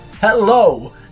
Hello